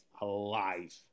alive